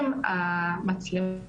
שאנחנו רואים את המצלמות האלה,